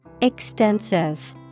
Extensive